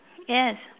yes